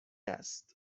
است